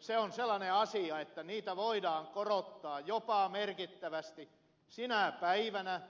se on sellainen asia että niitä voidaan korottaa jopa merkittävästi sinä päivänä